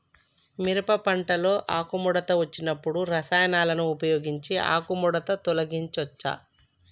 మిరప పంటలో ఆకుముడత వచ్చినప్పుడు రసాయనాలను ఉపయోగించి ఆకుముడత తొలగించచ్చా?